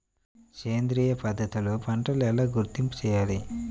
సేంద్రియ పద్ధతిలో పంటలు ఎలా గుర్తింపు చేయాలి?